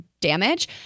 damage